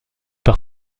par